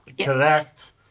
Correct